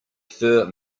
fur